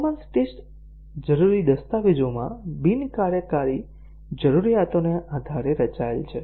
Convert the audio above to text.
performance test જરૂરી દસ્તાવેજોમાં બિન કાર્યકારી જરૂરિયાતોને આધારે રચાયેલ છે